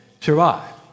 Survive